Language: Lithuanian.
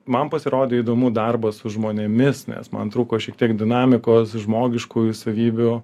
man pasirodė įdomu darbas su žmonėmis nes man trūko šiek tiek dinamikos žmogiškųjų savybių